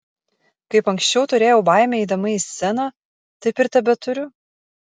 kaip anksčiau turėjau baimę eidama į sceną taip ir tebeturiu